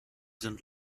sind